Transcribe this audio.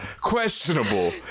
questionable